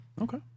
Okay